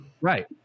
Right